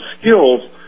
skills